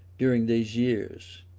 during these years.